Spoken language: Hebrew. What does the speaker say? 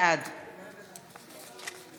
בעד